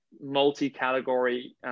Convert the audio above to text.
multi-category